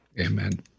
Amen